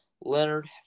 Leonard